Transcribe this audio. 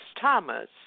Thomas